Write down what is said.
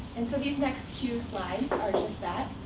and so these next two slides are just that.